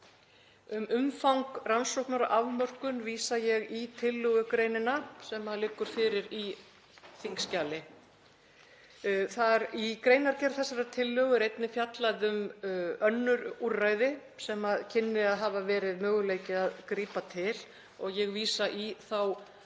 Um umfang rannsóknar og afmörkun vísa ég í tillögugrein sem liggur fyrir í þingskjali. Í greinargerð þessarar tillögu er einnig fjallað um önnur úrræði sem kynni að hafa verið möguleiki að grípa til og ég vísa einnig